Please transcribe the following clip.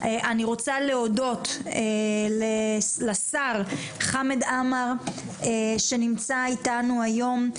אני רוצה להודות לשר חמד עמאר שנמצא איתנו היום,